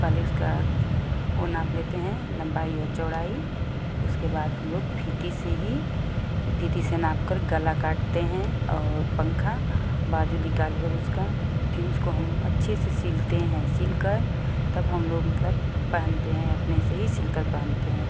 पहले उसका वो नाप लेते हैं लम्बाई और चौड़ाई उसके बाद हाम लोग फीती से ही फीती से नाप कर गला काटते हैं और पंखा बाजू निकालकर उसका फिर उसको हम अच्छे से सिलते हैं सीलकर तब हम लोग मतलब पहनते हैं अपने से ही सील कर पहनते हैं